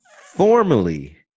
formally